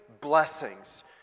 blessings